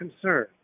concern